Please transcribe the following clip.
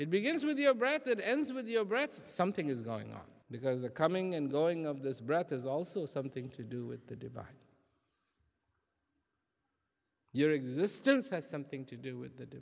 it begins with your breath and ends with your breath something is going on because the coming and going of this breath is also something to do with the divine your existence has something to do with th